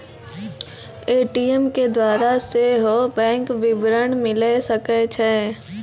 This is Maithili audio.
ए.टी.एम के द्वारा सेहो बैंक विबरण मिले सकै छै